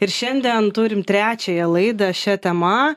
ir šiandien turim trečiąją laidą šia tema